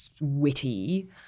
witty